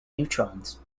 neutrons